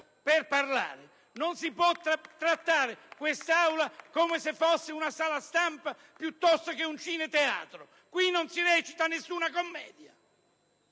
*IdV)*. Non si può trattare quest'Aula come se fosse una sala stampa o un cineteatro. Qui non si recita nessuna commedia!